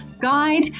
Guide